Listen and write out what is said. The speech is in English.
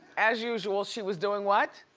as usual, she was doing what?